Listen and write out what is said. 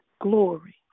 glory